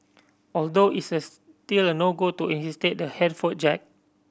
although it's a still a no go to reinstate the headphone jack